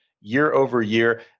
year-over-year